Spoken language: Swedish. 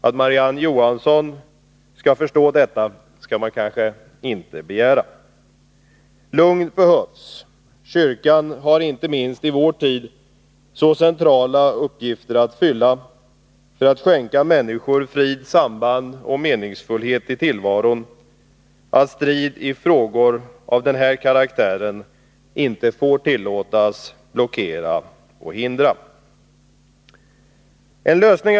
Att Marie-Ann Johansson skall förstå detta skall man kanske inte begära. Lugnet behövs. Kyrkan har, inte minst i vår tid, så centrala uppgifter att fylla för att skänka människor frid, samband och meningsfullhet i tillvaron att strid i frågor av den här karaktären inte får tillåtas blockera och hindra. Herr talman!